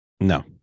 No